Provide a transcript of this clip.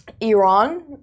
Iran